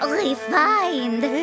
refined